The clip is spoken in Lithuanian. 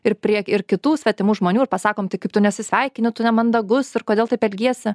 ir prie ir kitų svetimų žmonių ir pasakom tai kaip tu nesisveikini tu nemandagus ir kodėl taip elgiesi